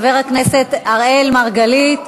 חבר הכנסת אראל מרגלית,